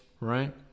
right